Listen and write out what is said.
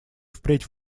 впредь